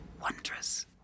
wondrous